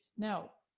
now,